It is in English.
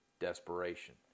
Desperation